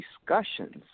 discussions